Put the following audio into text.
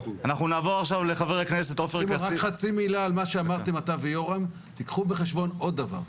תקחו בחשבון עוד דבר,